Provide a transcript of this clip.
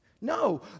No